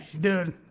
dude